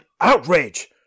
outrage